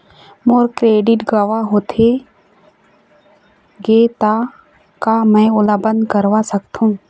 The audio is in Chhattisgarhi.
मोर क्रेडिट गंवा होथे गे ता का मैं ओला बंद करवा सकथों?